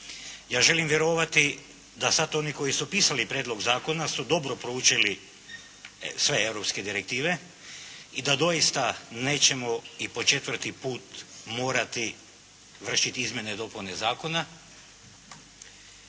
Ja želim vjerovati da sada oni koji su pisali prijedlog zakona su dobro proučili sve europske direktive i da doista nećemo i po četvrti put morati vršiti izmjene i dopune zakona